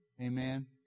amen